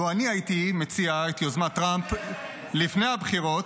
לו אני הייתי מציע את יוזמת טראמפ לפני הבחירות,